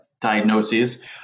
diagnoses